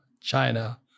China